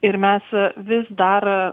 ir mes vis dar